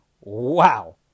Wow